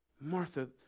Martha